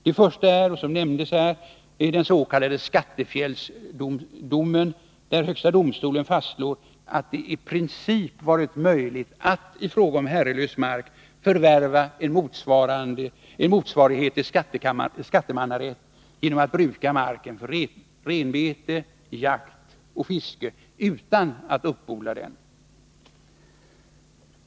Det första är som nämndes nyss den s.k. skattefjällsdomen, där högsta domstolen fastslår att det i princip varit möjligt att i fråga om herrelös mark förvärva en motsvarighet till skattemannarätt genom att bruka marken för renbete, jakt och fiske utan att uppodla den.